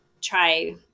try